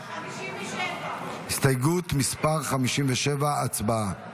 57. הסתייגות מס' 57, הצבעה.